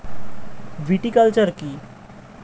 Viticulture কী?